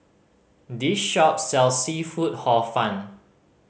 this shop sells seafood Hor Fun